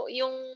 yung